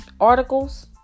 articles